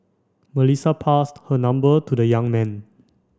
Melissa passed her number to the young man